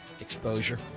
exposure